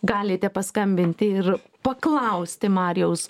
galite paskambinti ir paklausti marijaus